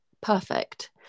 perfect